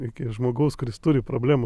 iki žmogaus kuris turi problemų